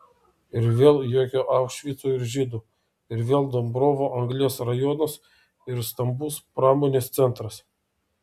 ir vėl jokio aušvico ir žydų ir vėl dombrovo anglies rajonas ir stambus pramonės centras